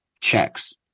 checks